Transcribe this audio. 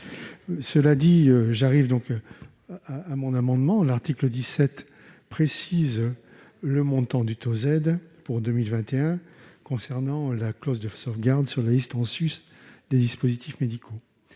de la santé. J'en viens à mon amendement. L'article 17 précise le montant du taux Z pour 2021 concernant la clause de sauvegarde sur la liste en sus des dispositifs médicaux.